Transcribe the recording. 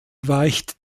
weicht